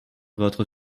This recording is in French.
votre